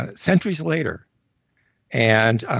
ah centuries later and